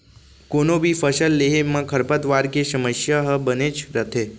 कोनों भी फसल लेहे म खरपतवार के समस्या ह बनेच रथे